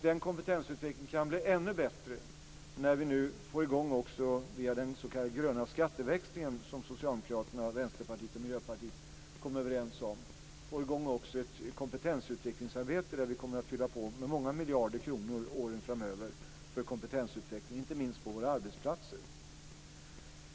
Den kompetensutvecklingen kan bli ännu bättre när vi nu via den s.k. gröna skatteväxlingen, som Socialdemokraterna, Vänsterpartiet och Miljöpartiet kom överens om, får i gång ett kompetensutvecklingsarbete. Vi kommer att fylla på med många miljarder kronor under åren framöver för kompetensutveckling inte minst på våra arbetsplatser.